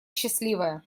счастливая